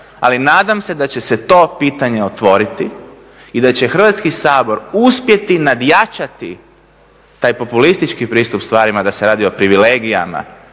ali nadam se da će se to pitanje otvoriti i da će Hrvatski sabor uspjeti nadjačati taj populistički pristup stvarima da se radi o privilegijama,